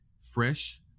fresh